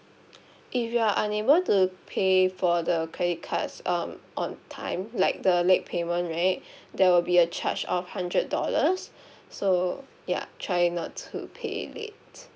if you are unable to pay for the credit cards um on time like the late payment right there will be a charge of hundred dollars so ya try not to pay late